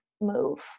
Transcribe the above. move